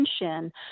attention